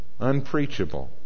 unpreachable